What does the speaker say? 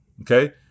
okay